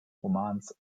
romans